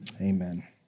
Amen